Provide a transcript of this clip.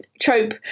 trope